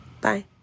Bye